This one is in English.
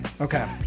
Okay